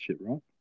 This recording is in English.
right